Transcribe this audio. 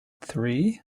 three